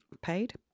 Paid